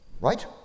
right